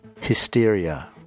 Hysteria